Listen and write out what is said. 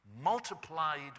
Multiplied